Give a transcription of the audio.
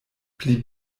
pli